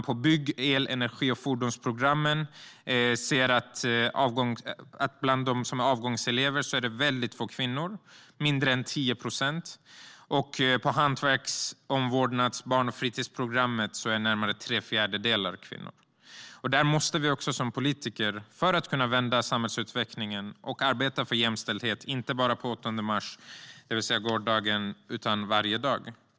På bygg, el och energi och fordonsprogrammen ser man att det bland avgångseleverna är väldigt få kvinnor, mindre än 10 procent. Och på hantverks, vård och barn och fritidsprogrammen är närmare tre fjärdedelar kvinnor. Där måste vi som politiker, för att kunna vända samhällsutvecklingen, arbeta för jämställdhet inte bara den 8 mars, som det var i går, utan varje dag.